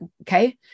Okay